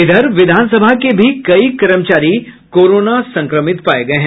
विधान सभा के भी कई कर्मचारी कोरोना संक्रमित पाये गये हैं